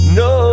no